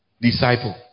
Disciple